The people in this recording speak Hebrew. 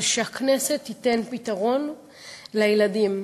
זה שהכנסת תיתן פתרון לילדים.